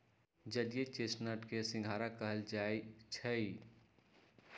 जलीय चेस्टनट के सिंघारा कहल जाई छई